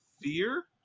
fear